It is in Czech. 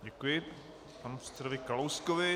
Děkuji panu předsedovi Kalouskovi.